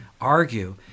argue